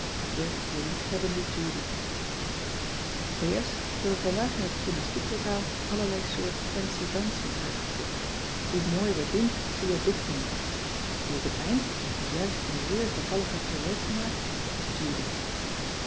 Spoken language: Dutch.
e je liefhebbende udy e hebben vandaag in het gymnastieklokaal allerlei soort fancydansen uitgevoerd oe mooi oe mooi we het doen zie je op dit prentje ie op het eind die juist een zeer bevallige pirouette maakt is udy